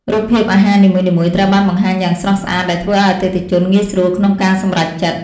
រូបភាពអាហារនីមួយៗត្រូវបានបង្ហាញយ៉ាងស្រស់ស្អាតដែលធ្វើឱ្យអតិថិជនងាយស្រួលក្នុងការសម្រេចចិត្ត។